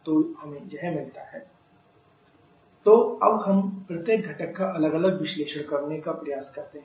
तोयह मिलता है Q Wmhe hi or q wmhe hi तो अब हम प्रत्येक घटक का अलग अलग विश्लेषण करने का प्रयास करते हैं